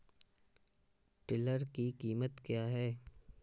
Tiller की कीमत क्या है?